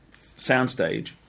soundstage